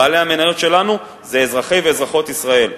בעלי המניות שלנו הם אזרחי ואזרחיות ישראל.